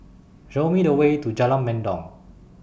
Show Me The Way to Jalan Mendong